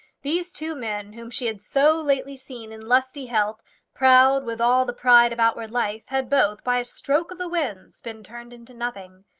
these two men whom she had so lately seen in lusty health proud with all the pride of outward life had both, by a stroke of the winds, been turned into nothing.